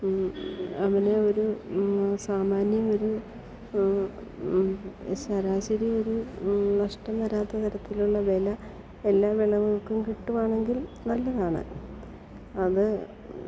അതിന് ഒരു സാമാന്യം ഒരു ശരാശരിയൊരു നഷ്ടം വരാത്ത തരത്തിലുള്ള വില എല്ലാ വിളകൾക്കും കിട്ടുകയാണെങ്കിൽ നല്ലതാണ് അത്